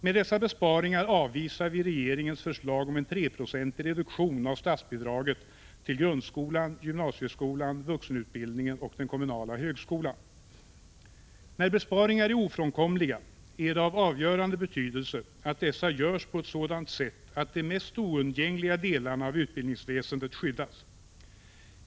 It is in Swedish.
Med dessa besparingar avvisar vi regeringens förslag om en 3-procentig reduktion av statsbidraget till grundskolan, gymnasieskolan, vuxenutbildningen och den kommunala högskolan. När besparingar är ofrånkomliga är det av avgörande betydelse att dessa görs på ett sådant sätt att de mest oundgängliga delarna av utbildningsväsendet skyddas.